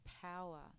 power